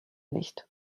nicht